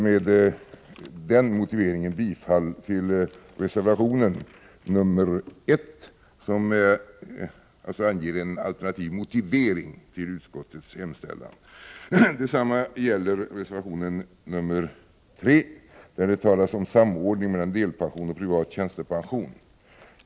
Med denna motivering yrkar jag bifall till reservation 1, vilken anger en alternativ motivering till utskottets hemställan. Detsamma gäller reservation 3, där det talas om samordning mellan delpension och privat tjänstepension.